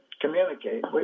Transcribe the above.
communicate